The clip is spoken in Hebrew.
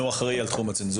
נתן הוא אחראי על תחום הצנזורה.